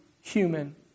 human